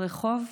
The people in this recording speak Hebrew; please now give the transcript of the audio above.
ברחוב,